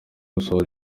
gusohora